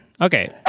Okay